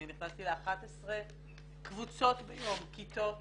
אני נכנסתי ל-11 קבוצות ביום כיתות,